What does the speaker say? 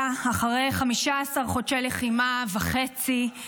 15 חודשים וחצי של לחימה,